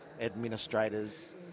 administrators